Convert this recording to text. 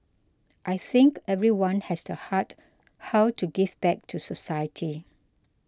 I think everyone has the heart how to give back to society